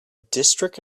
district